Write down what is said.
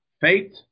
fate